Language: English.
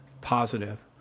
positive